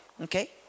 Okay